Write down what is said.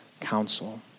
counsel